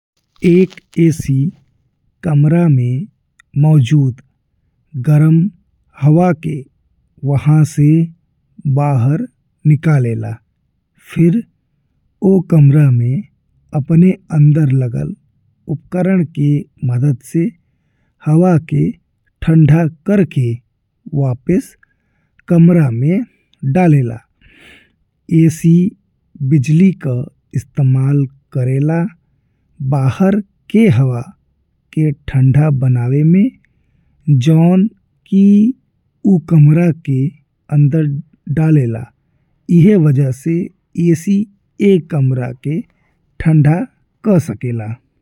एक एसी कमरा में मौजूद गरम हवा के वहाँ से बाहर निकालेला। फिर वो कमरा में अपने अंदर लागल उपकरण के मदद से हवा के ठंडा करके वापिस कमरा में डालेला। एसी बिजली का इस्तेमाल करेला बाहर के हवा के ठंडा बनावे में जौन कि ऊ कमरा के अंदर डालेला एह वजह से एसी एक कमरा के ठंडा कर सकेला।